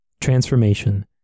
transformation